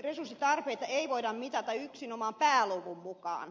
resurssitarpeita ei voida mitata yksinomaan pääluvun mukaan